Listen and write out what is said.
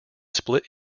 split